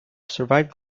survived